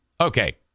Okay